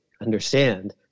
understand